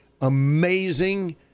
amazing